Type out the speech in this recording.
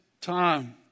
time